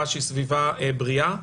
בסביבה שהיא סביבה בריאה.